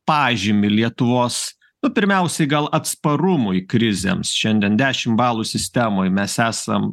pažymį lietuvos pirmiausiai gal atsparumui krizėms šiandien dešim balų sistemoj mes esam